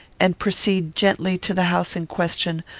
and proceed gently to the house in question,